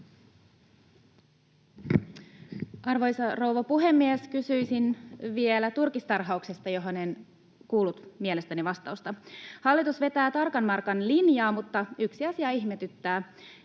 Arvoisa rouva puhemies! Kysyisin vielä turkistarhauksesta, johon en kuullut mielestäni vastausta. Hallitus vetää tarkan markan linjaa, mutta yksi asia ihmetyttää.